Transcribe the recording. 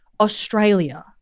Australia